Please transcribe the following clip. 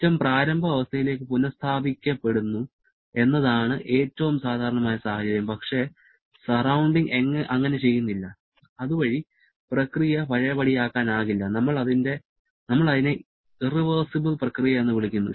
system പ്രാരംഭ അവസ്ഥയിലേക്ക് പുനസ്ഥാപിക്കപ്പെടുന്നു എന്നതാണ് ഏറ്റവും സാധാരണമായ സാഹചര്യം പക്ഷേ സറൌണ്ടിങ് അങ്ങനെ ചെയ്യുന്നില്ല അതുവഴി പ്രക്രിയ പഴയപടിയാക്കാനാകില്ല നമ്മൾ അതിനെ ഇർറിവേഴ്സിബിൾ പ്രക്രിയ എന്ന് വിളിക്കുന്നു